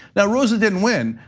now rosa didn't win,